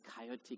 chaotic